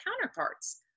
counterparts